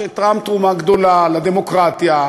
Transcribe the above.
שתרם תרומה גדולה לדמוקרטיה,